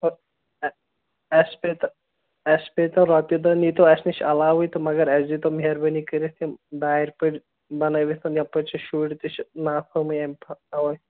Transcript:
اَسہِ پیٚیہِ تو اَسہِ پیٚیہِ تو رۄپیہِ دٔہ نیٖتو اَسہِ نِش علاوٕے تہٕ مگر اَسہِ دیٖتو مہربٲنی کٔرِتھ یِم دارِ پٔٹۍ بَنٲوِتھ یَپٲرۍ چھِ شُڑۍ تہِ چھِ نا فہمی اَمی اَوَے